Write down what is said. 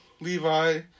Levi